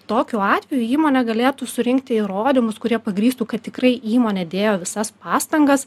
tokiu atveju įmonė galėtų surinkti įrodymus kurie pagrįstų kad tikrai įmonė dėjo visas pastangas